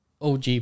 OG